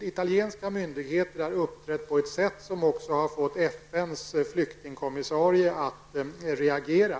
Italienska myndigheter har uppträtt på ett sätt som även har fått FNs flyktingkommissarie att reagera.